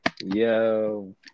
yo